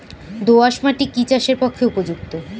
দোআঁশ মাটি কি চাষের পক্ষে উপযুক্ত?